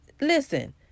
listen